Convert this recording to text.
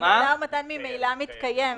המשא ומתן ממילא מתקיים.